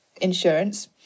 insurance